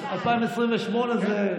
2028 זה,